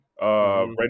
Ready